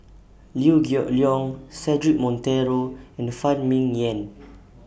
Liew Geok Leong Cedric Monteiro and Phan Ming Yen